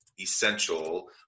essential